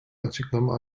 açıklama